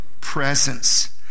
presence